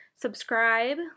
Subscribe